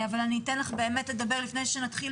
אבל אני אתן לך באמת לדבר לפני שנתחיל